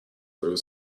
through